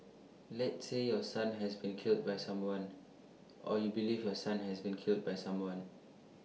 let's say your son has been killed by someone or you believe your son has been killed by someone